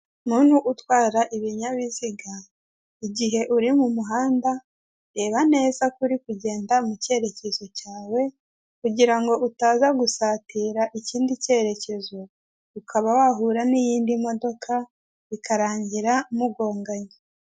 Umuntu utwara ibinyabiziga igihe uri mu muhanda reba neza ko uri kugenda mu cyerekezo cyawe kugirango utaza gusatira ikindi cyerekezo ukaba wahura n'iyindi modoka bikarangira mugonganye.